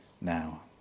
now